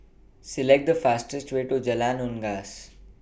Select The fastest Way to Jalan Unggas